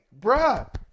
bruh